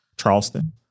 Charleston